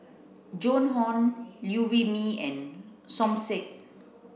Joan Hon Liew Wee Mee and Som Said